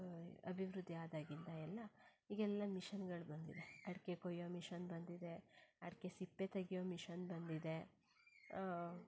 ಅಭಿವೃದ್ಧಿ ಆದಾಗಿಂದ ಎಲ್ಲ ಈಗೆಲ್ಲ ಮಿಷನ್ಗಳು ಬಂದಿವೆ ಅಡಿಕೆ ಕೊಯ್ಯೋ ಮಿಷನ್ ಬಂದಿದೆ ಅಡಿಕೆ ಸಿಪ್ಪೆ ತೆಗೆಯೋ ಮಿಷನ್ ಬಂದಿದೆ